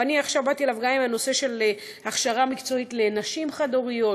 ואני באתי אליו עם הנושא של הכשרה מקצועית לנשים חד-הוריות,